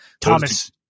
Thomas